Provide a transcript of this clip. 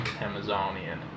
Amazonian